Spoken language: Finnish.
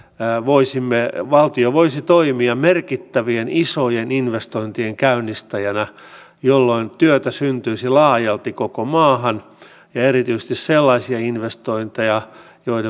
mää laajentunut ja tässä tilanteessa me nostamme sitä kynnystä sinne hoitoon pääsyyn ja hakeutumiseen